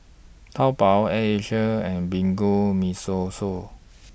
Taobao Air Asia and Bianco Mimosa